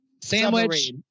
Sandwich